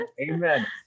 Amen